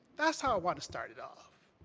that's how i want to start it off.